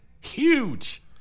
Huge